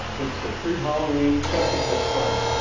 it's a pre-halloween festival of fright.